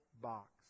box